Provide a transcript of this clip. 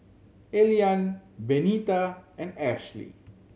Elian Benita and Ashly